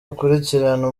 akurikirana